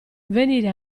venire